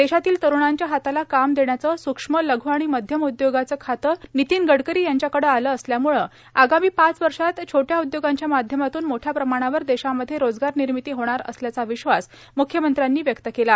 देशातील तरुणांच्या हाताला काम देण्याचे सूक्ष्म लघ् आणि मध्यम उद्योगाचे खाते नितीन गडकरी यांच्याकडे आले असल्यामुळे आगामी पाच वर्षात छोट्या उद्योगांच्या माध्यमातून मोठ्या प्रमाणावर देशामध्ये रोजगारनिर्मिती होणार असल्याचा विश्वास म्ख्यमंत्री देवेंद्र फडणवीस यांनी व्यक्त केला